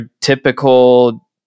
typical